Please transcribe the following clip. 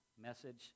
message